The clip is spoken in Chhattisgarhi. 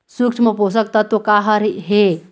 सूक्ष्म पोषक तत्व का हर हे?